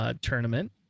tournament